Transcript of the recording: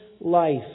life